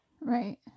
Right